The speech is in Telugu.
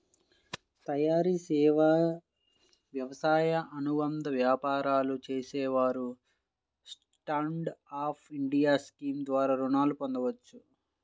తయారీ, సేవా, వ్యవసాయ అనుబంధ వ్యాపారాలు చేసేవారు స్టాండ్ అప్ ఇండియా స్కీమ్ ద్వారా రుణాలను పొందవచ్చు